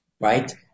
Right